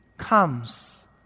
comes